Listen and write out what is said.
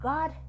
God